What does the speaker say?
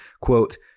quote